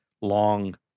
long